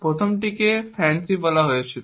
প্রথমটিকে FANCI বলা হয়েছিল